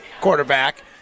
quarterback